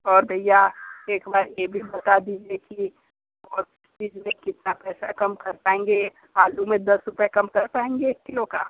और भैया एक बार ये भी बता दीजिए कि और चीज़ में कितना पैसा कम कर पाएंगे आलू में दस रुपये कम कर पाएंगे किलो का